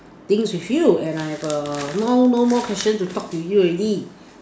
things with you and I have err no no more questions to talk to you already